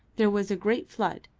there was a great flood,